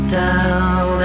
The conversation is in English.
down